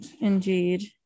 Indeed